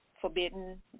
Forbidden